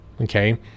Okay